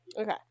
Okay